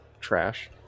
trash